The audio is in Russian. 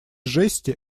жести